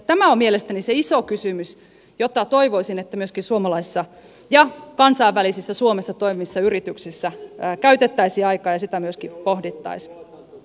tämä on mielestäni se iso kysymys johon toivoisin että myöskin suomalaisissa ja kansainvälisissä suomessa toimivissa yrityksissä käytettäisiin aikaa ja sitä myöskin pohdittaisiin